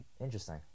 Interesting